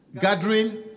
Gathering